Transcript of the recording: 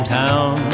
town